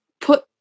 put